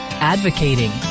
advocating